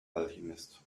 alchemist